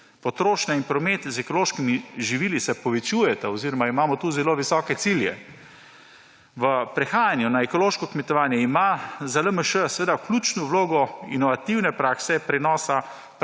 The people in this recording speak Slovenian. Potrošnja in promet z ekološkimi živili se povečujeta oziroma imamo tu zelo visoke cilje. Pri prehajanju na ekološko kmetovanje imajo za LMŠ ključno vlogo inovativne prakse prenosa